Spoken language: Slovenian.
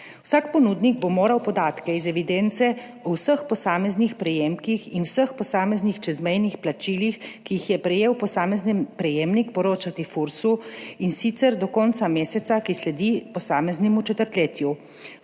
Vsak ponudnik bo moral o podatkih iz evidence o vseh posameznih prejemkih in vseh posameznih čezmejnih plačilih, ki jih je prejel posamezni prejemnik, poročati Fursu, in sicer do konca meseca, ki sledi posameznemu četrtletju.